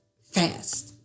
fast